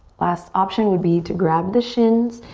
last option would be to grab the shins,